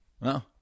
No